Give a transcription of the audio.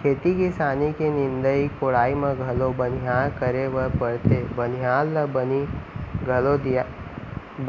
खेती किसानी के निंदाई कोड़ाई म घलौ बनिहार करे बर परथे बनिहार ल बनी घलौ दिये